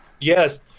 Yes